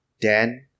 Dan